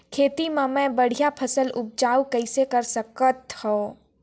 खेती म मै बढ़िया फसल उपजाऊ कइसे कर सकत थव?